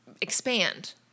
expand